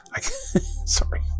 sorry